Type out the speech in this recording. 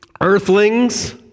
earthlings